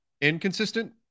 inconsistent